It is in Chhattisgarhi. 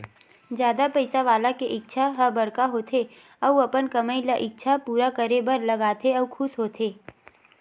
जादा पइसा वाला के इच्छा ह बड़का होथे अउ अपन कमई ल इच्छा पूरा करे बर लगाथे अउ खुस होथे